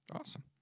Awesome